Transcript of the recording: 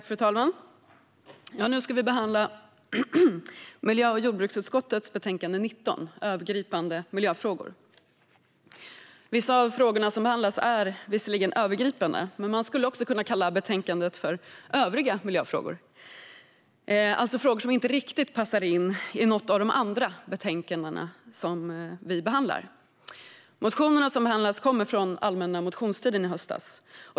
Fru talman! Nu ska vi behandla miljö och jordbruksutskottets betänkande 19 Övergripande miljöfrågor . Vissa av frågorna som behandlas är visserligen övergripande, men man skulle också kunna kalla betänkandet för Övriga miljöfrågor . Det är alltså frågor som inte riktigt passar in i något av de andra betänkanden som vi behandlar. De motioner som behandlas kommer från den allmänna motionstiden i höstas.